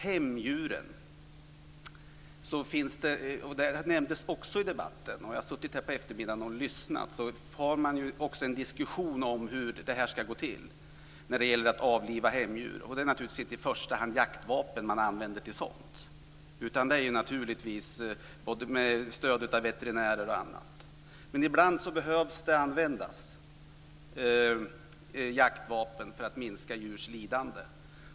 Hemdjuren nämndes också i debatten. Jag har suttit här på eftermiddagen och lyssnat. Man för ju också en diskussion om hur det ska gå till att avliva hemdjur. Man använder naturligtvis inte i första hand jaktvapen till sådant. Det handlar naturligtvis om stöd av veterinärer och annat. Men ibland behöver det användas jaktvapen för att man ska minska djurs lidande.